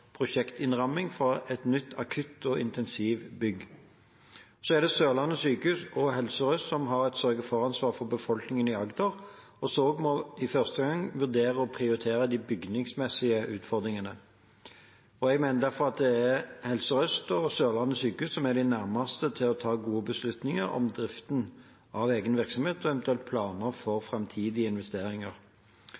et nytt akutt- og intensivbygg. Det er Sørlandet sykehus og Helse Sør-Øst som har et sørge-for-ansvar for befolkningen i Agder, og som i første omgang må vurdere og prioritere de bygningsmessige utfordringene. Jeg mener derfor at det er Helse Sør-Øst og Sørlandet sykehus som er de nærmeste til å ta gode beslutninger om driften av egen virksomhet og eventuelle planer for